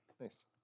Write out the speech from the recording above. Nice